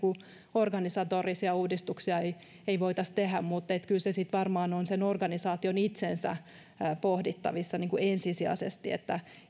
organisatorisia uudistuksia ei ei voitaisi tehdä mutta kyllä se sitten varmaan on sen organisaation itsensä pohdittavissa ensisijaisesti että